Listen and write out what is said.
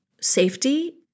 safety